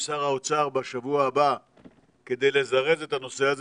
שר האוצר בשבוע הבא כדי לזרז את הנושא הזה,